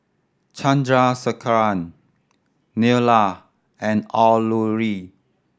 Chandrasekaran Neila and Alluri